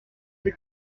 une